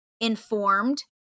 informed